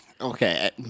Okay